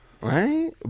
right